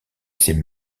ses